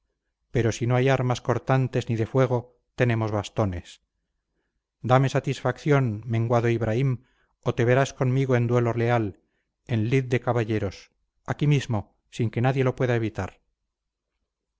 pero si no hay armas cortantes ni de fuego tenemos bastones dame satisfacción menguado ibraim o te verás conmigo en duelo leal en lid de caballeros aquí mismo sin que nadie lo pueda evitar